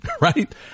right